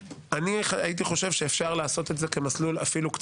הייתי חושב שאפשר לעשות את זה כמסלול אפילו,